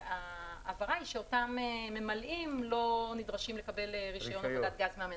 ההבהרה היא שאותם ממלאים לא נדרשים לקבל רישיון עבודת גז מהמנהל.